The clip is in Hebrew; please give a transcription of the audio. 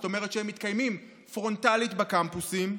זאת אומרת שהן מתקיימות פרונטלית בקמפוסים.